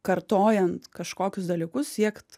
kartojant kažkokius dalykus siekt